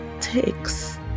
takes